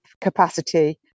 capacity